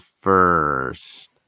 first